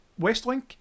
Westlink